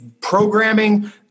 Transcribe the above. programming